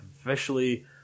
officially